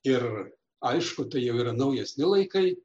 ir aišku tai jau yra naujesni laikai